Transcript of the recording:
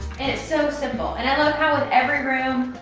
and, it's so simple, and i love how in every room,